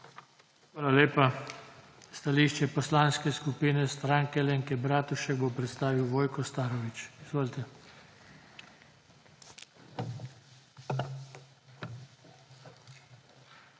Hvala lepa. Stališče Poslanske skupine Stranke Alenke Bratušek bo predstavil Vojko Starović. Izvolite. **VOJKO